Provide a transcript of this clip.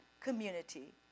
community